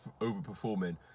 overperforming